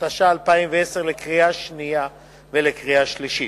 התש"ע 2010, לקריאה שנייה ולקריאה שלישית.